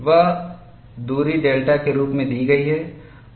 वह दूरी डेल्टा के रूप में दी गई है